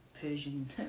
Persian